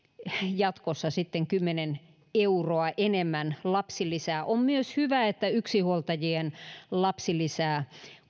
jatkossa sitten kymmenen euroa enemmän lapsilisää on myös hyvä että yksinhuoltajien lapsilisää